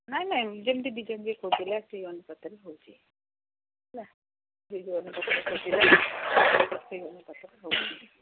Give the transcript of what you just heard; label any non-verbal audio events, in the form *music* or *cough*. ନାଇଁ ନାଇଁ ଯେମିତି *unintelligible* କହୁଥିଲେ ସେ ଅନୁପାତରେ ହେଉଛି ହେଲା *unintelligible*